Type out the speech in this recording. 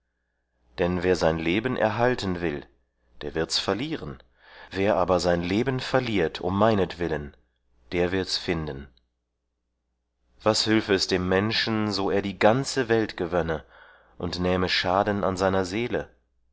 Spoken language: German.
denn wer sein leben erhalten will der wird's verlieren wer aber sein leben verliert um meinetwillen der wird's finden was hülfe es dem menschen so er die ganze welt gewönne und nähme schaden an seiner seele